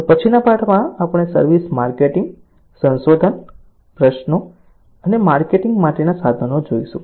તો પછીના પાઠમાં આપણે સર્વિસ માર્કેટિંગ સંશોધન સંશોધન પ્રશ્નો અને માર્કેટિંગ માટેના સાધનો જોઈશું